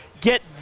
get